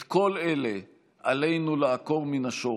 את כל אלה עלינו לעקור מן השורש.